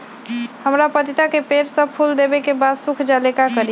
हमरा पतिता के पेड़ सब फुल देबे के बाद सुख जाले का करी?